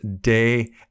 day